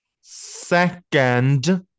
second